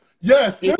Yes